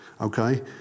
Okay